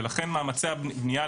ולכן מאמצי הבנייה,